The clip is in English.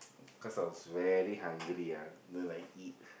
cause I was very hungry ah then I eat